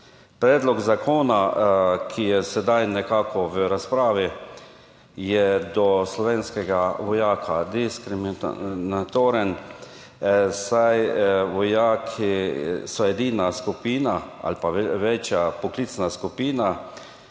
Predlog zakona, ki je sedaj nekako v razpravi je do slovenskega vojaka diskriminatoren. Saj vojaki so edina skupina ali pa večja poklicna skupina.